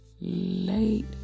late